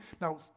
Now